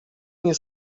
nie